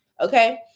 okay